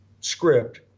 script